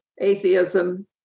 atheism